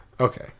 Okay